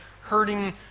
hurting